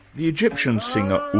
the egyptian singer,